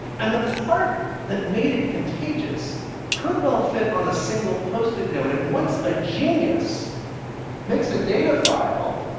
and the part that made it contagious could well fit on a single post-it note. and once a genius makes a data file,